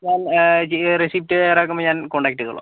ഞാൻ റെസിപ്പ്റ്റ് തയ്യാറാക്കുമ്പോൾ ഞാൻ കോൺടാക്ട് ചെയ്തോളാം